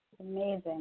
amazing